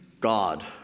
God